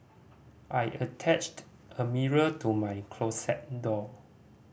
I attached a mirror to my closet door